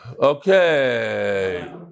Okay